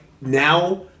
now